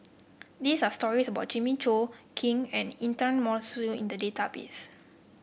these are stories about Jimmy Chok Kin and Intan Mokhtar in the database